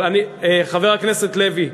חבר הכנסת לוי,